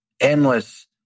endless